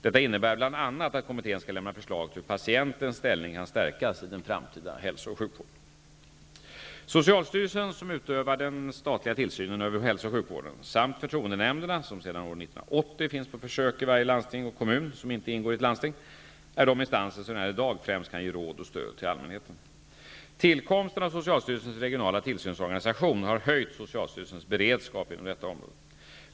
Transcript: Detta innebär bl.a. att kommittén skall lämna förslag till hur patientens ställning kan stärkas i den framtida hälso och sjukvården. Socialstyrelsen, som utövar den statliga tillsynen över hälso och sjukvården, samt förtroendenämnderna, som sedan år 1980 finns på försök i varje landsting och kommun som inte ingår i ett landsting, är de instanser som redan i dag främst kan ge råd och stöd till allmänheten. Tillkomsten av socialstyrelsens regionala tillsynsorganisation har höjt socialstyrelsens beredskap inom detta område.